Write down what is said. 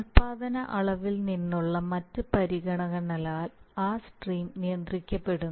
ഉൽപാദന അളവിൽ നിന്നുള്ള മറ്റ് പരിഗണനകളാൽ ആ സ്ട്രീം നിയന്ത്രിക്കപ്പെടുന്നു